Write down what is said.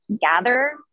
gather